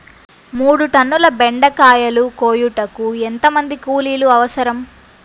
మూడు టన్నుల బెండకాయలు కోయుటకు ఎంత మంది కూలీలు అవసరం?